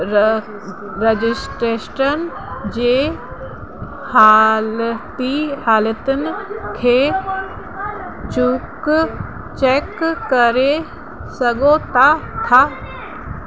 र रजिस्ट्रेस्टन जे हालति हालतुनि खे चुक चैक करे सघो था था